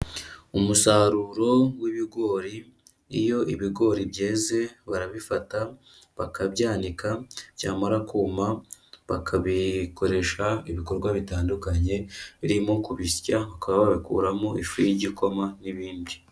Umusaruro w'ibigori, iyo ibigori byeze, barabifata bakabyanika, byamara kuma, bakabikoresha ibikorwa bitandukanye, birimo kubisya bakaba babikuramo ifu y'igikoma n'ibindi.